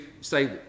say